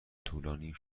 طولانی